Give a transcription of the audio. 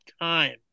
time